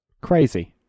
Crazy